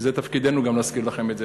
וזה תפקידנו גם להזכיר לכם את זה.